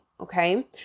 Okay